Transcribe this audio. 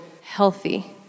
healthy